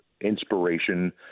inspiration